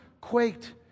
quaked